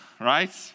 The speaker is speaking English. right